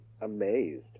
amazed